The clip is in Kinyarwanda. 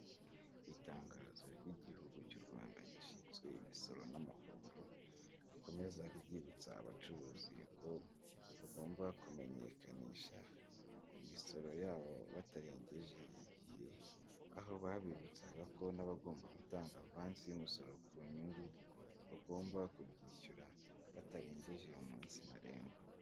iIangazo ry'igihugu cy'u rwanda gishinzwe imisoro n'amahoro rikomeza ryibutsa abacuruzi ko bagomba kumenyekanisha imisoro yabo batarengeje igihe aho babibutsaga ko n'abagomba gutangavansi y'umusoro ku nyungu bagomba kubyishyura batarengeje uyu munsi ntarengwa.